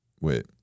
wait